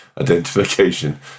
identification